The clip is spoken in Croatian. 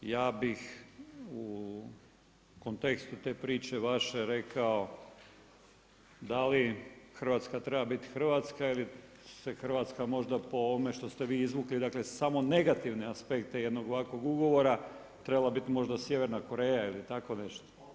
Ja bih u kontekstu te priče vaše rekao da li Hrvatska treba biti Hrvatska ili se Hrvatska možda po ovome što ste vi izvukli, dakle samo negativne aspekte jednog ovakvog ugovora trebala bit možda Sjeverna Koreja ili tako nešto.